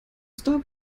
star